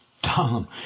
Tom